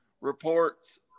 Reports